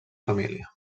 família